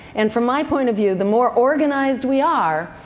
and from my point of view, the more organized we are,